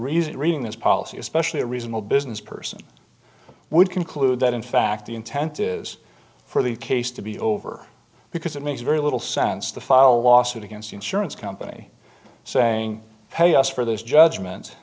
reason reading this policy especially a reasonable business person would conclude that in fact the intent is for the case to be over because it makes very little sense the final lawsuit against the insurance company saying pay us for those judgment